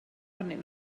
arnyn